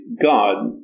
God